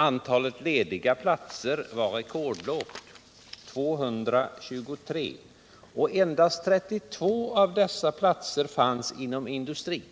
Antalet lediga platser var rekordlågt nämligen 223. Endast 32 av dessa platser fanns inom industrin.